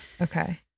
Okay